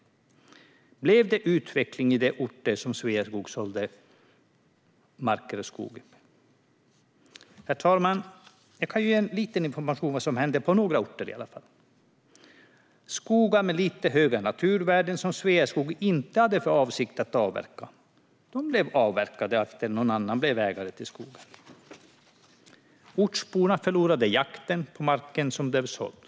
Blev det utveckling på de orter där Sveaskog sålde mark eller skog? Herr talman! Jag kan ge lite information om vad som hände på några orter i alla fall. Skogar med lite höga naturvärden som Sveaskog inte hade för avsikt att avverka blev avverkade efter att någon annan blev ägare till skogen. Ortsborna förlorade jakten på den mark som blev såld.